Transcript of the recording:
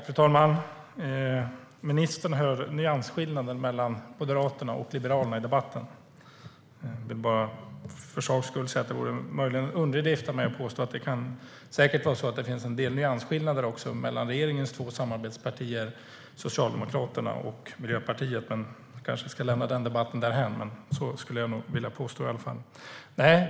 Fru talman! Ministern hör nyansskillnader mellan Moderaterna och Liberalerna i debatten. Det vore möjligen en underdrift av mig att påstå att det säkert kan vara så att det finns en del nyansskillnader mellan regeringens två samarbetspartier Socialdemokraterna och Miljöpartiet, men vi kanske ska lämna den debatten därhän. Så skulle jag vilja påstå i alla fall.